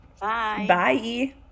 Bye